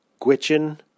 Gwich'in